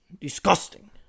Disgusting